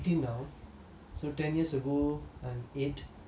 so ten years ago I'm eight